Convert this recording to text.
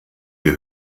wir